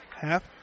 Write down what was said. half